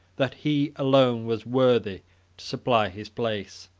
that he alone was worthy to supply his place.